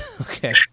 Okay